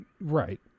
right